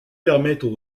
permettent